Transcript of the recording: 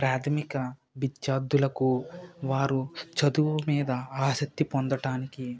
ప్రాథమిక విద్యార్థులకు వారు చదువు మీద ఆసక్తి పొందడానికి